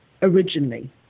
originally